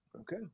Okay